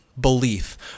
belief